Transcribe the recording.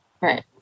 Right